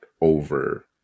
over